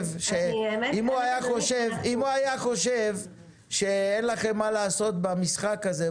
אם הוא היה חושב שאין לכם מה לעשות במשחק הזה,